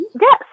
yes